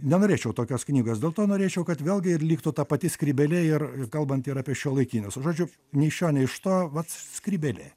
nenorėčiau tokios knygos dėl to norėčiau kad vėlgi ir liktų ta pati skrybėlė ir kalbant ir apie šiuolaikinius žodžiu nei iš šio nei iš to vat skrybėlė